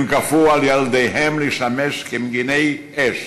הם כפו על ילדיהם לשמש כמגִני אש,